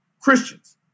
Christians